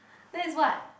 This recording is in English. that is what